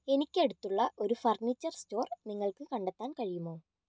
എനിക്ക് അടുത്തുള്ള ഒരു ഫർണിച്ചർ സ്റ്റോർ നിങ്ങൾക്ക് കണ്ടെത്താൻ കഴിയുമോ